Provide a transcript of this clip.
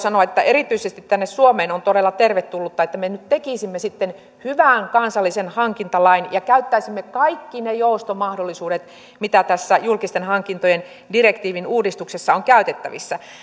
sanoa että erityisesti tänne suomeen on todella tervetullutta että me nyt tekisimme sitten hyvän kansallisen hankintalain ja käyttäisimme kaikki ne joustomahdollisuudet mitä tässä julkisten hankintojen direktiivin uudistuksessa on käytettävissä